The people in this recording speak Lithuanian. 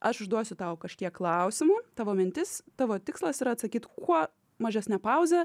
aš užduosiu tau kažkiek klausimų tavo mintis tavo tikslas yra atsakyt kuo mažesne pauze